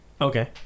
Okay